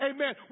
Amen